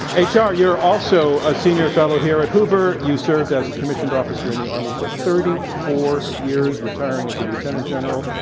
h. r, you're also a senior fellow here at hoover. you served as a commissioner officer in the army for thirty four years, retiring as a lieutenant general.